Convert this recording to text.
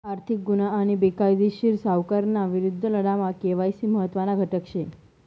आर्थिक गुन्हा आणि बेकायदेशीर सावकारीना विरुद्ध लढामा के.वाय.सी महत्त्वना घटक शे